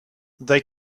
they